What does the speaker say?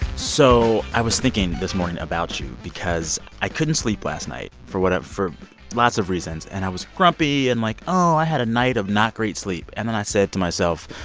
so i was thinking this morning about you because i couldn't sleep last night for what for lots of reasons. and i was grumpy. and, like, oh, i had a night of not great sleep. and then, i said to myself,